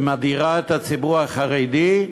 שמדירה את הציבור החרדי,